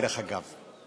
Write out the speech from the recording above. דרך אגב.